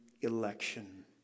election